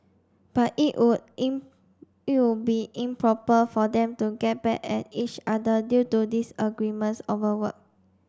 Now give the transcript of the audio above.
but it would in it would be improper for them to get back at each other due to disagreements over work